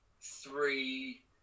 three